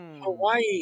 Hawaii